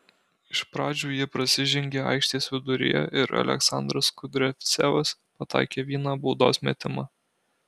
iš pradžių jie prasižengė aikštės viduryje ir aleksandras kudriavcevas pataikė vieną baudos metimą